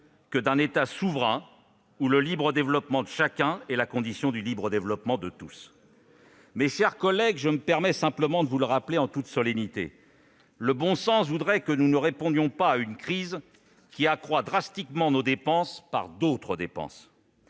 celui d'un État souverain où le libre développement de chacun est la condition du libre développement de tous. Mes chers collègues, je me permets simplement de vous le rappeler en toute solennité : le bon sens voudrait que nous ne répondions pas à une crise qui accroît drastiquement nos dépenses par d'autres dépenses.